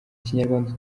kinyarwanda